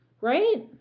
Right